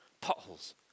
Potholes